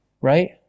Right